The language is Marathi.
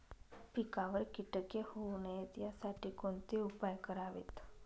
पिकावर किटके होऊ नयेत यासाठी कोणते उपाय करावेत?